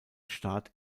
staat